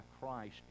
Christ